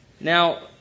Now